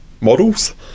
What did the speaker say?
models